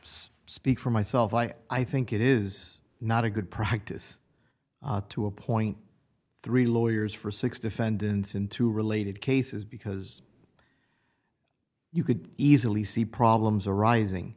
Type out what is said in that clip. speak for myself i i think it is not a good practice to appoint three lawyers for six defendants in two related cases because you could easily see problems arising